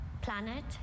planet